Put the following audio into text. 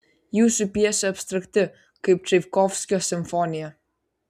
jūsų pjesė abstrakti kaip čaikovskio simfonija